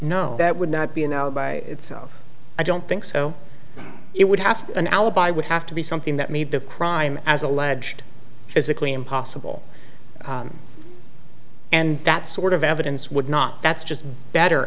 no that would not be a no by itself i don't think so it would have an alibi would have to be something that made the crime as alleged physically impossible and that sort of evidence would not that's just better